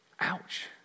Ouch